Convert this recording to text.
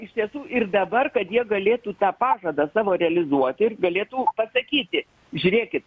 iš tiesų ir dabar kad jie galėtų tą pažadą savo realizuoti ir galėtų pasakyti žiūrėkit